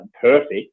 perfect